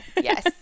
Yes